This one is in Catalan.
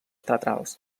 teatrals